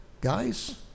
guys